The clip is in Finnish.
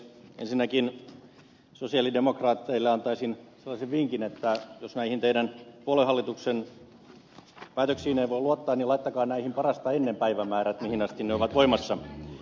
ensinnäkin sosialidemokraateille antaisin sellaisen vinkin että jos näihin teidän puoluehallituksenne päätöksiin ei voi luottaa niin laittakaa näihin parasta ennen päivämäärät mihin asti ne ovat voimassa